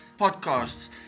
podcasts